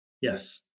Yes